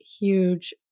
huge